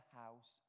house